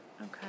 Okay